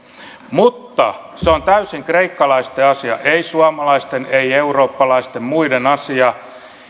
mutta se on täysin kreikkalaisten asia ei suomalaisten ei eurooppalaisten muiden asia